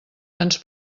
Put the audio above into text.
ens